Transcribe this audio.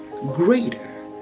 greater